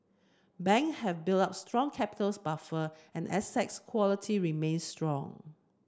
bank have built up strong capital buffer and assets quality remain strong